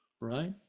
right